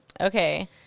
Okay